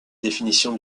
définition